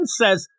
says